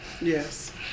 Yes